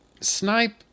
Snipe